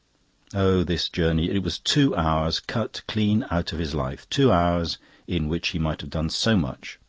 oh, this journey! it was two hours cut clean out of his life two hours in which he might have done so much,